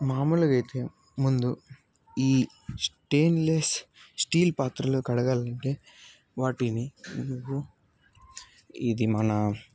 మామూలుగా అయితే ముందు ఈ స్టెయిన్లెస్ స్టీల్ పాత్రలు కడగాలి అంటే వాటిని ఇది మన